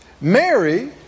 Mary